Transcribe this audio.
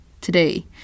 today